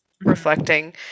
reflecting